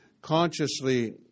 Consciously